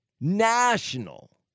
national